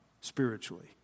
spiritually